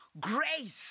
Grace